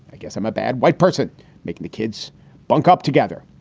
ah guess i'm a bad white person making the kids bunk up together.